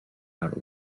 out